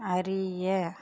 அறிய